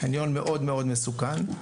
זה חניון מאוד-מאוד מסוכן.